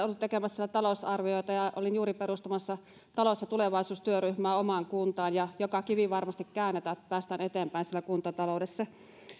ollut tekemässä talousarvioita ja olin juuri perustamassa talous ja tulevaisuustyöryhmää omaan kuntaan ja joka kivi varmasti käännetään että päästään eteenpäin siellä kuntataloudessa